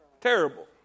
Terrible